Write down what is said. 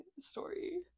story